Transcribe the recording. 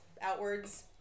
outwards